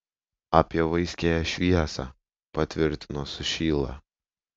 apie vaiskiąją šviesą patvirtino sušyla